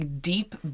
deep